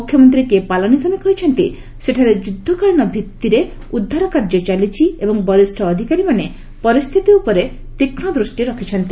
ମୁଖ୍ୟମନ୍ତ୍ରୀ କେ ପାଲାନିସାମୀ କହିଛନ୍ତି ସେଠାରେ ଯୁଦ୍ଧକାଳୀନ ଭିତ୍ତିରେ ଉଦ୍ଧାର କାର୍ଯ୍ୟ ଚାଲିଛି ଏବଂ ବରିଷ୍ଣ ଅଧିକାରୀମାନେ ପରିସ୍ଥିତି ଉପରେ ଦୃଷ୍ଟି ରଖିଛନ୍ତି